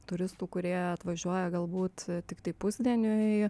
turistų kurie atvažiuoja galbūt tiktai pusdieniui